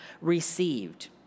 received